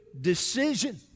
decision